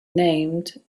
named